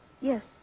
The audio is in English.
Yes